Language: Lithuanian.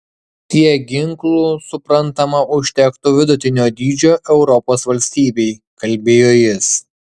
tiek ginklų suprantama užtektų vidutinio dydžio europos valstybei kalbėjo jis